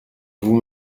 vous